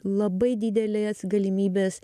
labai dideles galimybes